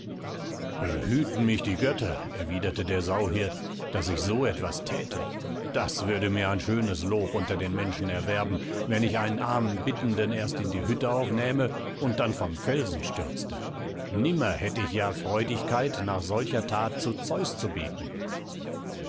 behüten mich die götter erwiderte der sauhirt daß ich so etwas thäte das würde mir ein schönes lob unter den menschen erwerben wenn ich einen armen bittenden erst in die hütte aufnähme und dann vom felsen stürzte nimmer hätt ich ja freudigkeit nach solcher that zu zeus zu beten